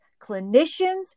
clinicians